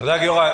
תודה, גיורא.